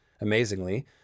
Amazingly